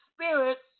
spirits